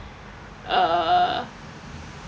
uh